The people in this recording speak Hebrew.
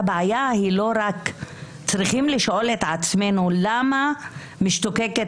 אנחנו צריכים לשאול את עצמנו למה משתוקקת